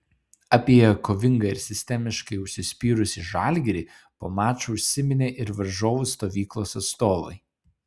apie kovingą ir sistemiškai užsispyrusį žalgirį po mačo užsiminė ir varžovų stovyklos atstovai